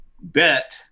bet